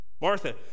Martha